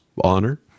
honor